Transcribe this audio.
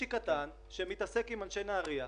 סעיפונצ'יק קטן שמתעסק עם אנשי נהריה.